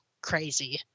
crazy